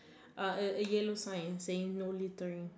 uh yellow sign in saying no littering